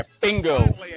Bingo